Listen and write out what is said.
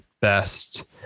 best